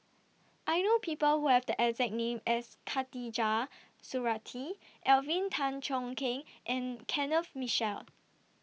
I know People Who Have The exact name as Khatijah Surattee Alvin Tan Cheong Kheng and Kenneth Mitchell